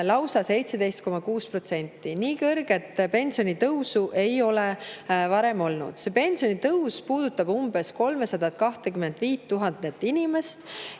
lausa 17,6%. Nii kõrget pensionitõusu ei ole varem olnud. See pensionitõus puudutab umbes 325 000 inimest